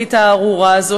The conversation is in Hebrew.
הזכוכית הארורה הזאת